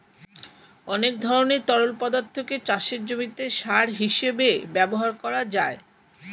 অনেক ধরনের তরল পদার্থকে চাষের জমিতে সার হিসেবে ব্যবহার করা যায়